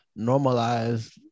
normalize